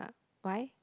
why